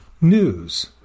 News